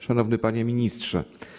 Szanowny Panie Ministrze!